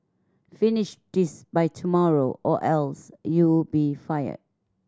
finish this by tomorrow or else you'll be fired